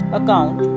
account